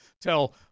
tell